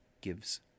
gives